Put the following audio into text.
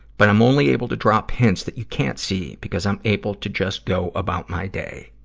but i'm only able to drop hints that you can't see, because i'm able to just go about my day.